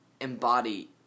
embody